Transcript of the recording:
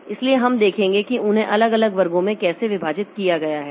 इसलिए हम देखेंगे कि उन्हें अलग अलग वर्गों में कैसे विभाजित किया गया है